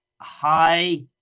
high